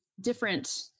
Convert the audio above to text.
different